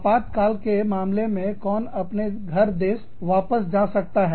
आपात काल के मामले में कौन अपने घर देश वापस जा सकता है